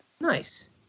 Nice